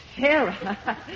Sarah